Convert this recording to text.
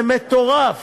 זה מטורף.